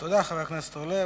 תודה, חבר הכנסת אורלב.